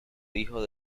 hijo